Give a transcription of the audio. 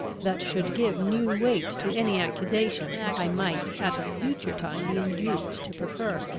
that should give new weight to any accusation i might at a future time be induced to prefer.